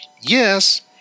Yes